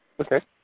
Okay